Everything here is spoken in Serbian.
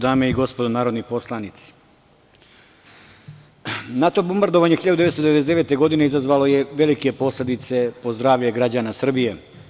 Dame i gospodo narodni poslanici, NATO bombardovanje 1999. godine izazvalo je velike posledice po zdravlje građana Srbije.